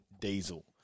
diesel